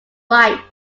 white